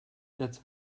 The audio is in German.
jetzt